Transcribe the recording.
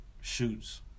shoots